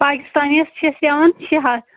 پاکستانی یس چِھ أسۍ ہیٚوان شیٚے ہتھ